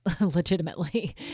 legitimately